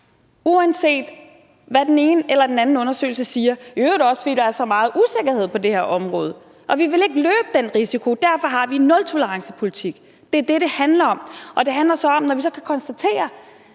uanset hvad den ene eller den anden undersøgelse siger, i øvrigt også fordi der er så meget usikkerhed på det her område og vi ikke vil løbe den risiko. Derfor har vi en nultolerancepolitik. Det er det, det handler om. Det handler så også om, når vi kan konstatere,